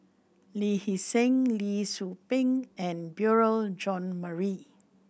Lee Hee Seng Lee Tzu Pheng and Beurel Jean Marie